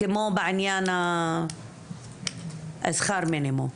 כמו בעניין השכר מינימום.